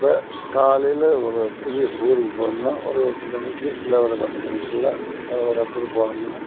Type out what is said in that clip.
இப்போ காலையில ஒரு திடீர் ஊருக்கு போறேன்னா ஒரு எட்டு மணிக்கு இல்லை ஒரு பத்து மணிக்குள்ள ஒரு இடத்துக்கு போணும்னால்